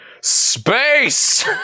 space